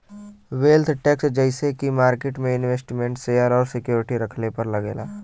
wealth tax जइसे की market में इन्वेस्टमेन्ट शेयर और सिक्योरिटी रखले पर लगेला